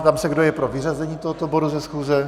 Ptám se, kdo je pro vyřazení tohoto bodu ze schůze.